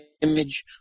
image